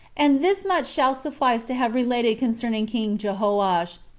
and thus much shall suffice to have related concerning king jehoash,